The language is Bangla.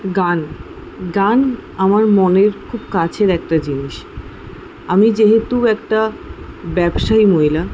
গান গান আমার মনের খুব কাছের একটা জিনিস আমি যেহেতু একটা ব্যবসায়ী মহিলা